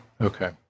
Okay